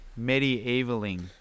Medievaling